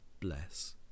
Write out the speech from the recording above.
bless